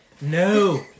No